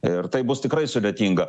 ir tai bus tikrai sudėtinga